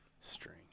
String